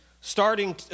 starting